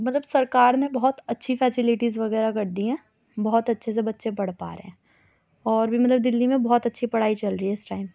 مطلب سرکار نے بہت اچھی فیسیلیٹیز وغیرہ کر دی ہیں بہت اچھے سے بچے پڑھ پارہے ہیں اور بھی مطلب دلّی میں بہت اچھی پڑھائی چل رہی ہے اِس ٹائم